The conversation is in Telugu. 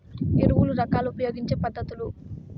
ఎరువుల రకాలు ఉపయోగించే పద్ధతులు?